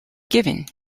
given